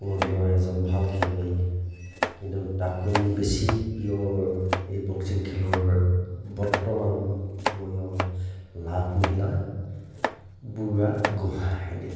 ৱৰ্ল্ডৰ এজন ভাল খেলুৱৈ কিন্তু তাতকৈ মোৰ বেছি প্ৰিয় এই বক্সিং খেলৰ বৰ্তমান সময়ৰ লাভলীনা বুঢ়াগোহাঁইদেউ